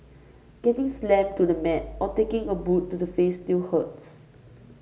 getting slammed to the mat or taking a boot to the face still hurts